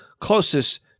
closest